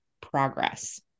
progress